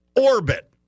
orbit